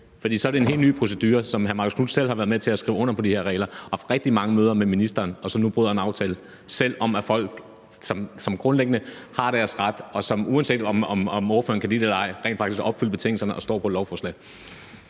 For så er det en helt ny procedure. Hr. Marcus Knuth har selv været med til at skrive under på de her regler og har haft rigtig mange møder med ministeren og bryder nu en aftale, selv om folk, som grundlæggende har ret til det, uanset om ordføreren kan lide det eller ej, rent faktisk har opfyldt betingelserne og står på et lovforslag.